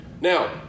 Now